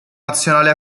nazionale